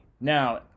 Now